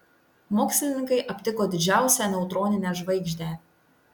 mokslininkai aptiko didžiausią neutroninę žvaigždę